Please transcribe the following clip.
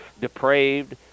depraved